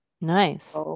nice